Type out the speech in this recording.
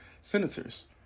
senators